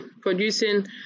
producing